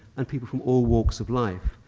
and people from all walks of life.